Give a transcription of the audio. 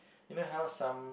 you know how some